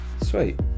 Sweet